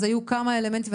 אז היו כמה אלמנטים.